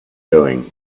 doing